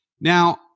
Now